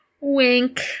Wink